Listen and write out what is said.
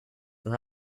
will